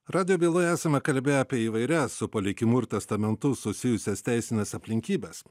radijo byloje esame kalbėję apie įvairias su palikimu ir testamentu susijusias teisines aplinkybes